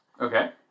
Okay